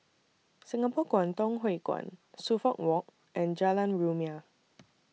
Singapore Kwangtung Hui Kuan Suffolk Walk and Jalan Rumia